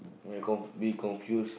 may con~ we confuse